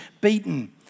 beaten